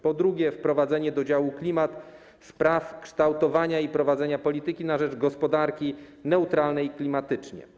Po drugie, wprowadzenie do działu: klimat spraw kształtowania i prowadzenia polityki na rzecz gospodarki neutralnej klimatycznie.